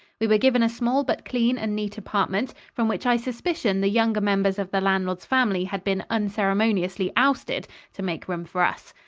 we were given a small but clean and neat apartment, from which i suspicion the younger members of the landlord's family had been unceremoniously ousted to make room for us.